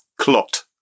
Clot